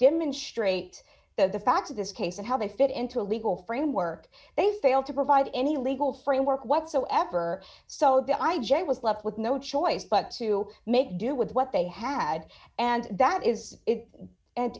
demonstrate the facts of this case and how they fit into a legal framework they failed to provide any legal framework whatsoever so the i j a was left with no choice but to make do with what they had and that is it and